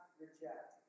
Reject